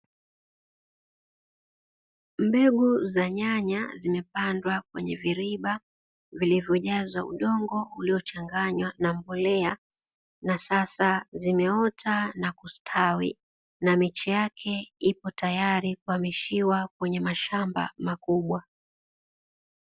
Mbegu za nyanya zimepandwa kwenye viriba vilvyojazwa udongo uliochanganywa na mbolea na sasa zimeota na kustawi, na miche yake ipo tayari kuamishwa kwenye mashamba makubwa.